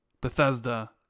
bethesda